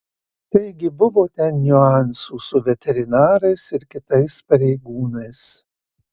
taigi buvo ten niuansų su veterinarais ir kitais pareigūnais